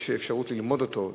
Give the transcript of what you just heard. יש אפשרות ללמוד אותו,